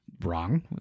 wrong